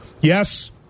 Yes